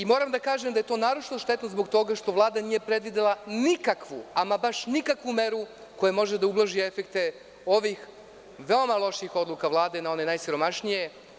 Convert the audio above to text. Moram da kažem da je to naročito štetno zbog toga što Vlada nije predvidela nikakvu, ama baš nikakvu, meru koja može da ublaži efekte ovih veoma loših odluka Vlade na one najsiromašnije.